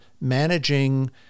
managing